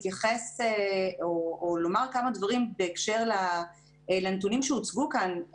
אני ארצה להתייחס או לומר כמה דברים בהקשר לנתונים שהוצגו כאן.